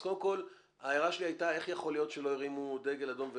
אז קודם כל ההערה שלי הייתה איך יכול להיות שלא הרימו דגל אדום,